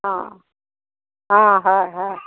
অ অ হয় হয়